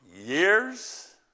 years